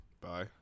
Bye